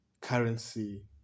currency